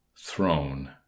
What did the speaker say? throne